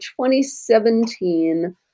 2017